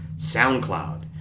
SoundCloud